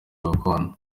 gakondo